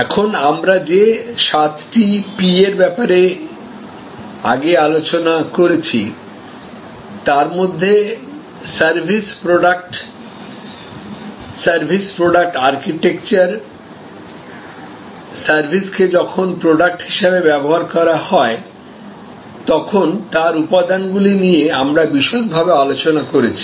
এখন আমরা যে সাতটি পি এর ব্যাপারে আগে আলোচনা করেছি তার মধ্যে service product service product architecture service কে যখন প্রডাক্ট হিসেবে ব্যবহার করা হয় তখন তার উপাদানগুলি নিয়ে আমরা বিশদভাবে আলোচনা করেছি